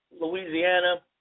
Louisiana